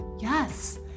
Yes